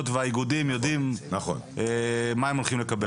והאיגודים יודעים מה הם הולכים לקבל?